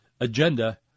agenda